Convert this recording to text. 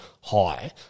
high